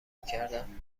کردن